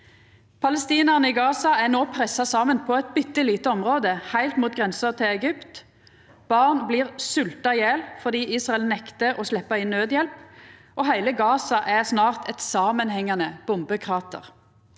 Palestinarane i Gaza er no pressa saman på eit bitte lite område, heilt mot grensa til Egypt. Barn svelt i hel fordi Israel nektar å sleppa inn naudhjelp, og heile Gaza er snart eit samanhengande bombekrater.